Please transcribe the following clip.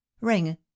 Ring